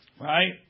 Right